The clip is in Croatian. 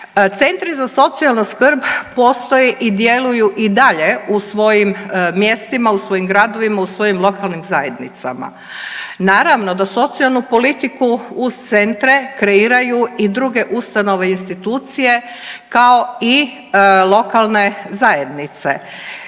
Centri za socijalnu skrb postoje i djeluju i dalje u svojim mjestima, u svojim gradovima, u svojim lokalnim zajednicama. Naravno da socijalnu politiku uz centre kreiraju i druge ustanove i institucije, kao i lokalne zajednice.